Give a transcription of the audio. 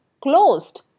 closed